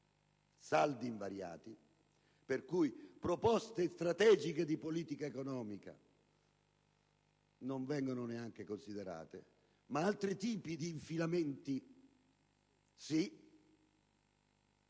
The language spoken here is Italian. aumentate, perché proposte strategiche di politica economica non vengono neanche considerate, ma altri tipi di inserimenti sì.